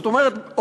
זאת אומרת,